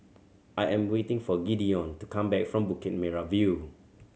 I am waiting for Gideon to come back from Bukit Merah View